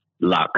luck